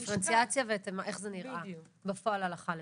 את הדיפרנציאציה ואיך זה נראה בפועל הלכה למעשה.